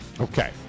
Okay